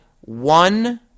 one